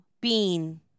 Bean